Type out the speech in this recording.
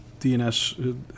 dns